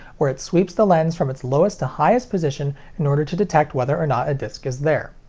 where it sweeps the lens from its lowest to highest position in order to detect whether or not a disc is there.